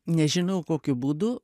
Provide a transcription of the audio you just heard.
nežinau kokiu būdu